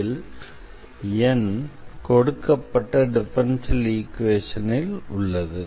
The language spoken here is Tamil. இதில் N கொடுக்கப்பட்ட டிஃபரன்ஷியல் ஈக்வேஷனில் உள்ளது